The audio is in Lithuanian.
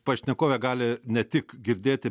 pašnekovę gali ne tik girdėti